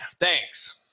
Thanks